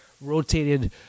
rotated